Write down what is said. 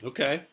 Okay